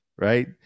right